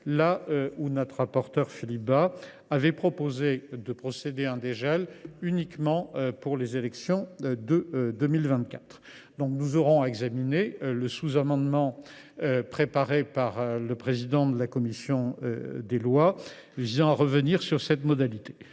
que notre rapporteur Philippe Bas propose de procéder à un dégel uniquement pour les élections de 2024. Nous examinerons donc le sous amendement du président de la commission des lois visant à revenir sur cette modalité.